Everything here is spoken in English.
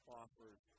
offers